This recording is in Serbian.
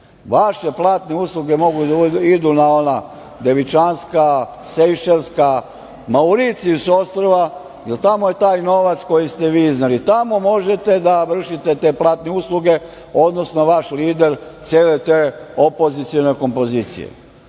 platne usluge mogu da idu na Devičanska, Sejšlska i Mauricijus ostrva, jer tamo je taj novac koji ste vi izneli. Tamo možete da vršite te platne usluge, odnosno vaš lider cele te opozicione kompozicije. Nije